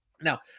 Now